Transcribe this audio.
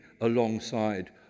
alongside